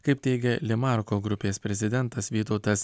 kaip teigia limarko grupės prezidentas vytautas